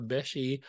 Beshi